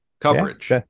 coverage